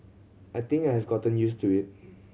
I think I have gotten used to it